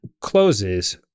closes